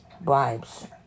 Bribes